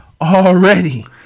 Already